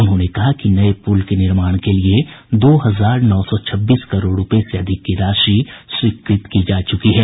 उन्होंने कहा कि नये पुल के निर्माण के लिए दो हजार नौ सौ छब्बीस करोड़ रूपये से अधिक की राशि स्वीकृत की जा चुकी है